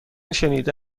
شنیده